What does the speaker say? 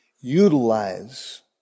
utilize